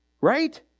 right